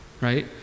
Right